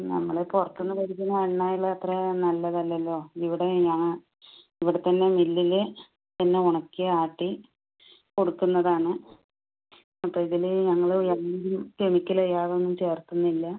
നമ്മള് പുറത്തുനിന്ന് മേടിക്കുന്ന എണ്ണയിൽ അത്ര നല്ലത് അല്ലല്ലൊ ഇവിടെ ഞാൻ ഇവിടെത്തന്നെ മില്ലില് എല്ലാം ഉണക്കി ആട്ടി കൊടുക്കുന്നതാണ് അപ്പോൾ ഇതിൽ ഞങ്ങൾ ഏതെങ്കിലും കെമിക്കൽ യാതൊന്നും ചേർക്കുന്നില്ല